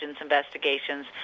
investigations